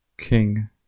King